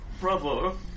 Bravo